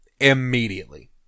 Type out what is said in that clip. Immediately